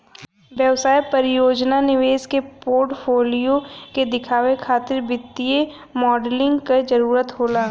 व्यवसाय परियोजना निवेश के पोर्टफोलियो के देखावे खातिर वित्तीय मॉडलिंग क जरुरत होला